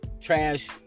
trash